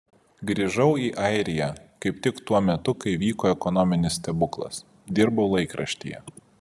grįžau į airiją kaip tik tuo metu kai vyko ekonominis stebuklas dirbau laikraštyje